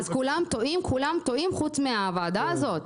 אז כולם טועים, כולם טועים חוץ מהוועדה הזאת?